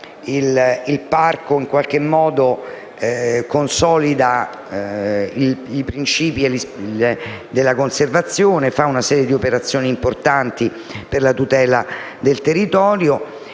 il parco consolida i principi della conservazione, compie una serie di operazioni importanti per la tutela del territorio